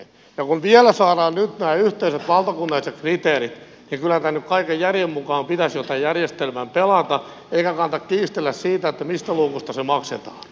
ja kun vielä saadaan nyt nämä yhteiset valtakunnalliset kriteerit niin kyllä kai nyt kaiken järjen mukaan pitäisi jo tämän järjestelmän pelata eikä kannata kiistellä siitä mistä luvusta se maksetaan